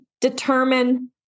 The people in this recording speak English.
determine